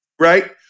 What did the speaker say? right